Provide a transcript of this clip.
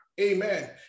amen